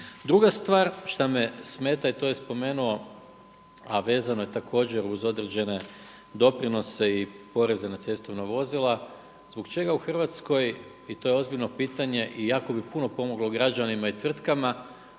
Druga stvar šta me smeta i to je spomenuo, a vezano je također uz određene doprinose i poreze na cestovna vozila, zbog čega u Hrvatskoj, i to je ozbiljno pitanje i jako bi puno pomoglo građanima i tvrtkama,